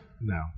No